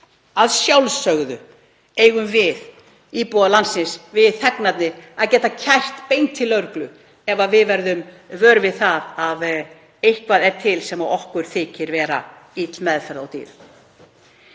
Að sjálfsögðu eigum við íbúar landsins, við þegnarnir að geta kært beint til lögreglu ef við verðum vör við að eitthvað sé til sem okkur þykir vera ill meðferð á dýri.